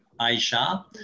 Aisha